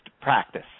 practice